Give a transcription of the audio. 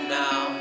now